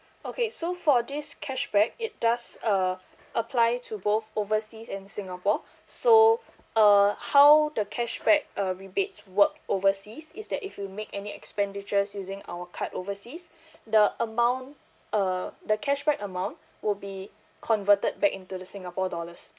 okay so for this cashback it does uh apply to both overseas and singapore so uh how the cashback uh rebates work overseas is that if you make any expenditures using our card overseas the amount uh the cashback amount will be converted back into the singapore dollars